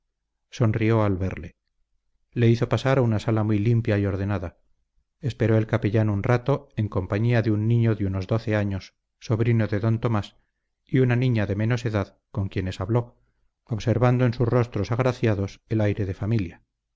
sonrió al verle le hizo pasar a una sala muy limpia y ordenada esperó el capellán un rato en compañía de un niño de unos doce años sobrino de d tomás y una niña de menos edad con quienes habló observando en sus rostros agraciados el aire de familia